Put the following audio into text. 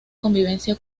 convivencia